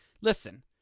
listen